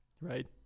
right